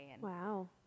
Wow